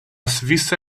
svisa